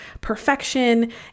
perfection